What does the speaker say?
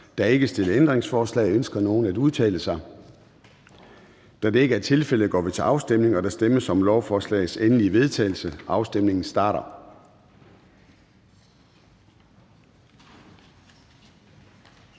Der er ikke stillet ændringsforslag. Ønsker nogen at udtale sig? Da det ikke er tilfældet, går vi til afstemning. Kl. 09:42 Afstemning Formanden (Søren Gade): Der stemmes om lovforslagets endelige vedtagelse. Afstemningen starter.